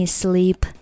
sleep